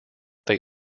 they